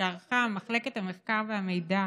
שערכה מחלקת המחקר והמידע